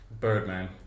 Birdman